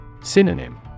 Synonym